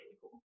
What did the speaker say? cool